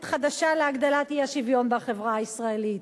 חדשה להגדלת האי-שוויון בחברה הישראלית,